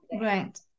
Right